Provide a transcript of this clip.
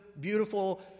beautiful